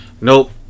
nope